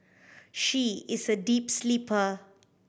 she is a deep sleeper